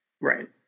Right